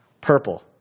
Purple